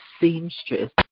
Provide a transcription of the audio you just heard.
seamstress